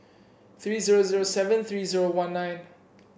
three zero zero seven three zero one nine